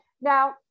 Now